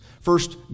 First